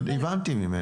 לא לכל הגנריות, הבנתי.